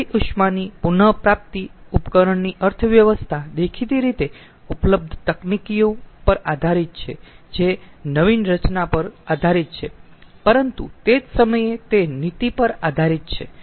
વ્યય ઉષ્માની પુન પ્રાપ્તિ ઉપકરણની અર્થવ્યવસ્થા દેખીતી રીતે ઉપલબ્ધ તકનીકીઓ પર આધારીત છે જે નવીન રચના પર આધારિત છે પરંતુ તે જ સમયે તે નીતિ પર આધારિત છે